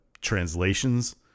translations